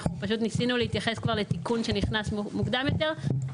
אנחנו פשוט ניסינו להתייחס כבר לתיקון שנכנס מוקדם יותר,